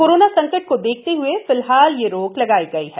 corona संकट को देखते हुए फिलहाल ये रोक लगाई गई है